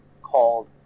called